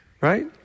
right